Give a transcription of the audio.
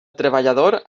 treballador